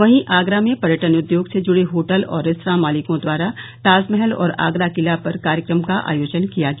वहीं आगरा में पर्यटन उद्योग से जुड़े होटल और रेस्तरां मालिकों द्वारा ताजमहल और आगरा किला पर कार्यक्रम का आयोजन किया गया